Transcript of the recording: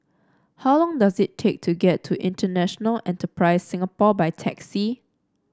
how long does it take to get to International Enterprise Singapore by taxi